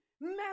man